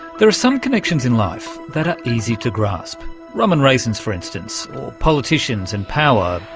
there are some connections in life that are easy to grasp rum and raisins, for instance, or politicians and power,